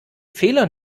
fehler